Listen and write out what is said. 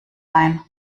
ein